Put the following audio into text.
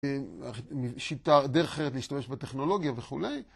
שיטה דרך אחרת להשתמש בטכנולוגיה וכולי.